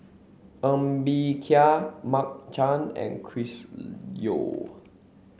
Ng Bee Kia Mark Chan and Chris Yeo